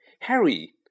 Harry